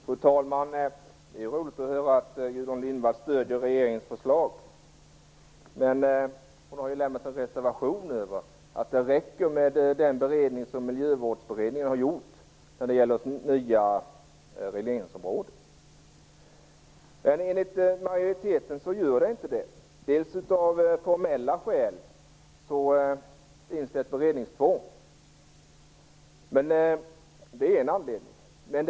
Fru talman! Det är roligt att höra att Gudrun Lindvall stöder regeringens förslag. Men hon har lämnat in en reservation om att det räcker med den beredning som Miljövårdsberedningen har gjort när det gäller nya regleringsområden. Enligt majoriteten gör det inte det, av formella skäl, för det finns ett beredningstvång. Det är en anledning.